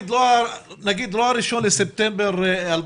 נגיד לא מתאריך אחד בספטמבר 2021,